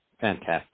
Fantastic